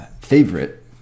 favorite